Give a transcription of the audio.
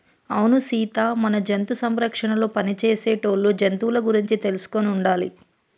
అవును సీత మన జంతు సంరక్షణలో పని చేసేటోళ్ళు జంతువుల గురించి తెలుసుకొని ఉండాలి